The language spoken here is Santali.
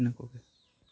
ᱤᱱᱟᱹ ᱠᱚ ᱜᱮ